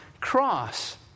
cross